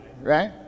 Right